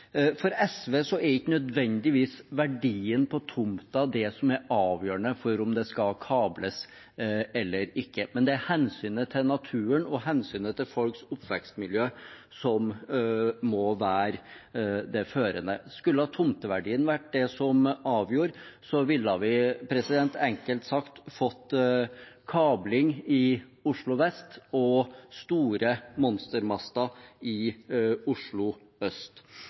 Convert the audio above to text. For SV er ikke nødvendigvis verdien på tomten det som er avgjørende for om det skal kables eller ikke, det er hensynet til naturen og hensynet til folks oppvekstmiljø som må være det førende. Skulle tomteverdien vært det som avgjorde, ville vi enkelt sagt fått kabling i Oslo vest og store monstermaster i Oslo øst.